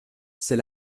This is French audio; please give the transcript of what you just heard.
c’est